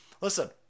Listen